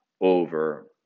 over